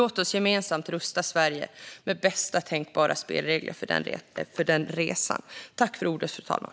Låt oss gemensamt rusta Sverige med bästa tänkbara spelregler för den resan!